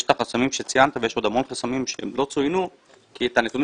יש את החסמים שציינת ויש עוד המון חסמים שלא צוינו כי הנתונים